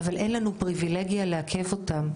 אבל אין לנו פריבילגיה לעכב אותם.